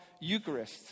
Eucharist